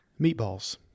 Meatballs